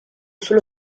sullo